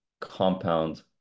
compound